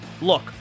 Look